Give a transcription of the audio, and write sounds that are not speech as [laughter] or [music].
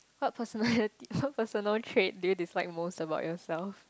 what personality [laughs] what personal trait do you dislike most about yourself